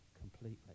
completely